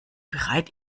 bereit